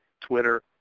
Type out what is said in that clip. Twitter